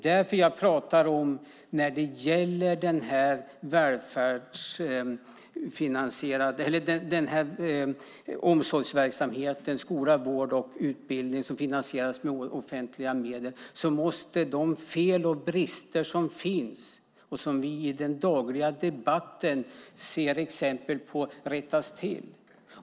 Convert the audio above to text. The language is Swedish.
Därför talar jag om att de fel och brister som finns i den vård, omsorg och utbildning som bedrivs med offentliga medel och som vi i den dagliga debatten ser exempel på rättas till.